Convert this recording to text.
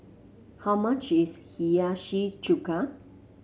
how much is Hiyashi Chuka